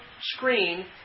screen